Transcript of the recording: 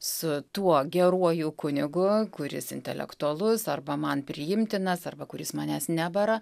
su tuo geruoju kunigu kuris intelektualus arba man priimtinas arba kuris manęs nebara